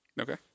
Okay